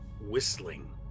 whistling